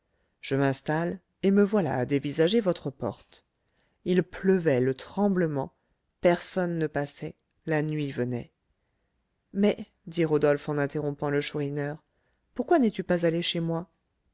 je m'installe et me voilà à dévisager votre porte il pleuvait le tremblement personne ne passait la nuit venait mais dit rodolphe en interrompant le chourineur pourquoi n'es-tu pas allé chez moi